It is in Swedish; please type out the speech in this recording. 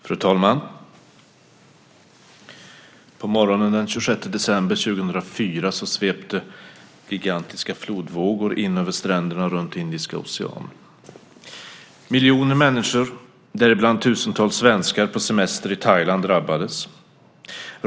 Fru talman! På morgonen den 26 december 2004 svepte gigantiska flodvågor in över stränderna runt Indiska Oceanen. Miljoner människor, däribland tusentals svenskar på semester i Thailand, drabbades.